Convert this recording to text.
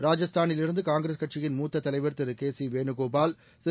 ராஜஸ்தானிலிருந்து காங்கிரஸ் கட்சியின் மூத்த தலைவர் திருகேசி வேணுகோபால் திரு